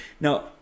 Now